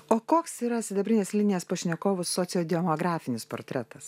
o koks yra sidabrinės linijos pašnekovų sociodemografinis portretas